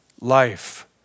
life